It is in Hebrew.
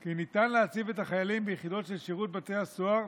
כי ניתן להציב את החיילים ביחידות של שירות בתי הסוהר